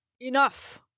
enough